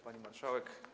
Pani Marszałek!